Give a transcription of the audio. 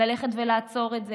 ללכת ולעצור את זה,